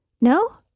No